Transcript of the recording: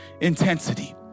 intensity